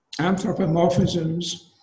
Anthropomorphisms